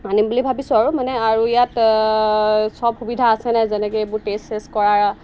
আনিম বুলি ভাবিছোঁ আৰু মানে আৰু ইয়াত চব সুবিধা আছে নাই যেনেকৈ এইবোৰ টেষ্ট চেষ্ট কৰা